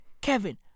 Kevin